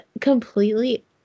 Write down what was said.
completely